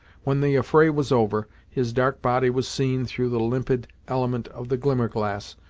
when the affray was over, his dark body was seen, through the limpid element of the glimmerglass,